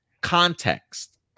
context